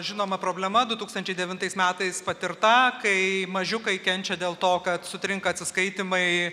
žinoma problema du tūkstančiai devintais metais patirta kai mažiukai kenčia dėl to kad sutrinka atsiskaitymai